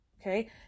Okay